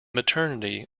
maternity